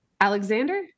Alexander